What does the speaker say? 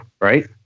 right